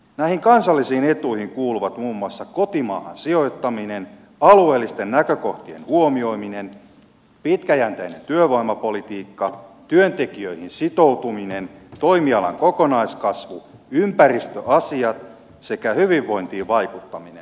näihin kansallisiin etuihin kuuluvat muun muassa kotimaahan sijoittaminen alueellisten näkökohtien huomioiminen pitkäjänteinen työvoimapolitiikka työntekijöihin sitoutuminen toimialan kokonaiskasvu ympäristöasiat sekä hyvinvointiin vaikuttaminen